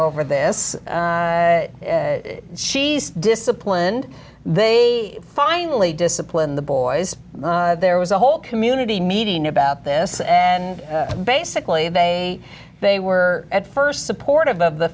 over this she disciplined they finally discipline the boys there was a whole community meeting about this and basically they they were at first supportive of the